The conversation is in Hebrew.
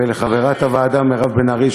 ולחברת הוועדה מירב בן ארי,